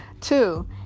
Two